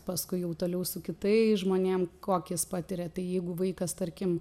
paskui jau toliau su kitais žmonėm kokis patiria tai jeigu vaikas tarkim